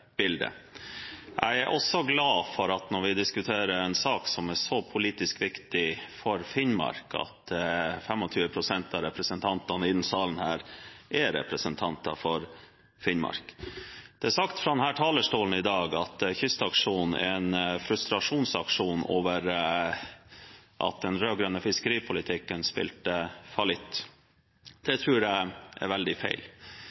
bildet. Jeg er også glad for, når vi diskuterer en sak som er så politisk viktig for Finnmark, at 25 pst. av representantene i denne salen er representanter for Finnmark. Det er sagt fra denne talerstolen i dag at Kystaksjonen er en frustrasjonsaksjon over at den rød-grønne fiskeripolitikken spilte fallitt. Det tror jeg er veldig feil.